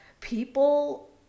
people